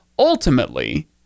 Ultimately